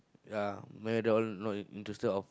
ya my doll not in interested of